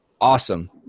awesome